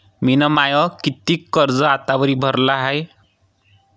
मिन माय कितीक कर्ज आतावरी भरलं हाय?